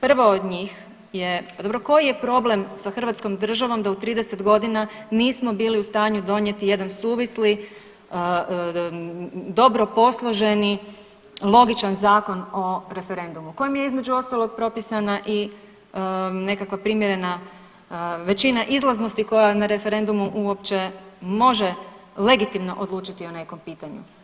Prvo od njih je dobro koji je problem sa Hrvatskom državom da u 30 godina nismo bili u stanju donijeti jedan suvisli, dobro posloženi, logičan zakon o referendumu kojim je između ostalog propisana i nekakva primjerena većina izlaznosti koja na referendumu uopće može legitimno odlučiti o nekom pitanju.